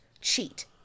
cheat